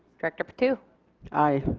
director patu aye.